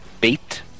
beat